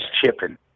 chipping